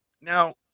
Now